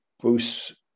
Bruce